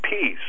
peace